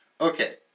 Okay